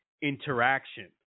interaction